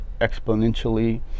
exponentially